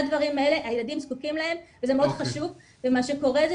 הילדים זקוקים לשני הדברים האלה וזה מאוד חשוב ומה שקורה זה